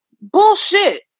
Bullshit